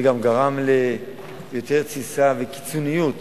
זה גם גרם ליותר תסיסה וקיצוניות